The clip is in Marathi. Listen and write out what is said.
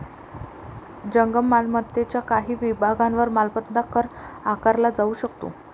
जंगम मालमत्तेच्या काही विभागांवर मालमत्ता कर आकारला जाऊ शकतो